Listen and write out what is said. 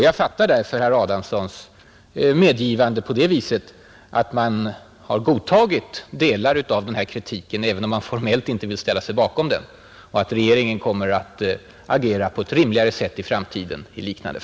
Jag fattar därför herr Adamssons medgivande på det viset att man har godtagit delar av den här kritiken, även om han formellt inte vill ställa sig bakom den, och att regeringen kommer att agera på ett rimligare sätt i liknande fall i framtiden.